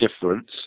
difference